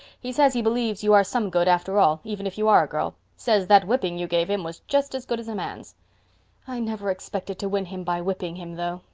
he says he believes you are some good after all, even if you are a girl. says that whipping you gave him was just as good as a man's i never expected to win him by whipping him, though,